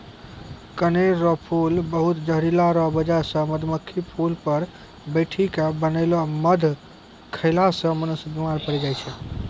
कनेर रो फूल बहुत जहरीला रो बजह से मधुमक्खी फूल पर बैठी के बनैलो मध खेला से मनुष्य बिमार पड़ी जाय छै